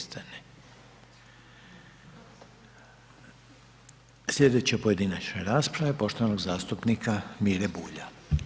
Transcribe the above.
Sljedeća pojedinačna rasprava je poštovanog zastupnika Mire Bulja.